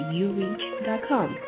ureach.com